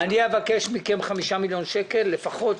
אבקש מכם 5 מיליון שקלים לפחות,